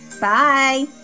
Bye